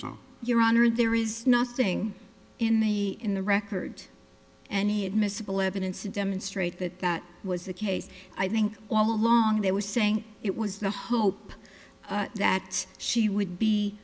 so your honor there is nothing in the in the record and he had miscible evidence to demonstrate that that was the case i think all along they were saying it was the hope that she would